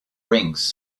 rings